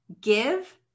give